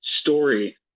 story